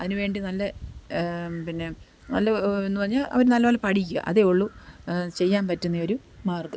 അതിനുവേണ്ടി നല്ല പിന്നെ നല്ല എന്നു പറഞ്ഞാൽ അവർ നല്ലപോലെ പഠിക്കുക അതെ ഉള്ളു ചെയ്യാൻ പറ്റുന്ന ഒരു മാർഗ്ഗം